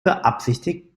beabsichtigt